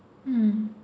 mm